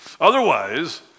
otherwise